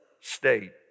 state